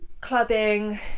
clubbing